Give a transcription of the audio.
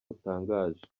butangaje